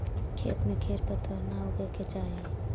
खेत में खेर पतवार न उगे के चाही